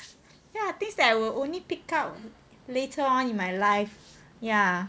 ya things that I will only pick up later on in my life ya